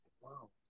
wow